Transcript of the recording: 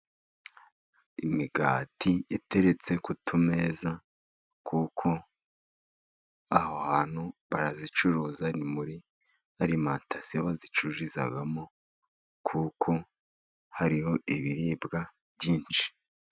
Imigati iteretse ku tumeza kuko aho hantu barayicuruza . Ni muri alimantasiyo bayicururizamo kuko hariho ibiribwa byinshi.